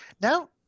Now